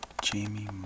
Jamie